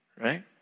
Right